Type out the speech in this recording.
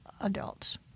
adults